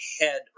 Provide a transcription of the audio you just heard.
head